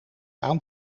aan